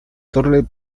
torre